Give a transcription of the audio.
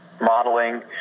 modeling